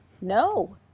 No